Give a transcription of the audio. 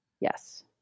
Yes